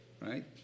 right